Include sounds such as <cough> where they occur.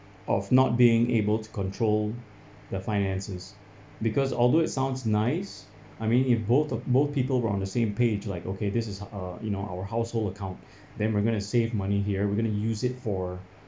of not being able to control the finances because although it sounds nice I mean if both both people were on the same page like okay this is err you know our household account <breath> then we're going to save money here we're going to use it for